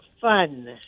fun